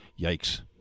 Yikes